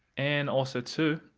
and also too,